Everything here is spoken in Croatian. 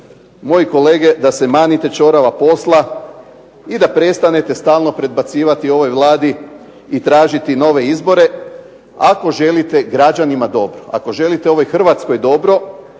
moji kolege da se manite čorava posla i da prestanete stalno predbacivati ovoj Vladi i tražiti nove izbore ako želite građanima dobro, ako želite ovoj Hrvatskoj dobro